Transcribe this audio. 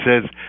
says